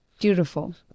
beautiful